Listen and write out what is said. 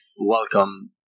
welcome